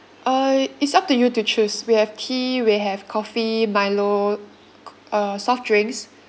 uh it's up to you to choose we have tea we have coffee milo uh soft drinks